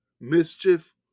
mischief